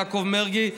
יעקב מרגי,